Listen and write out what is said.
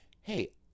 hey